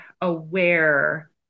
aware